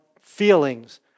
feelings